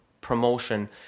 promotion